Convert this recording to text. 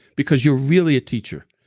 because you're really a teacher.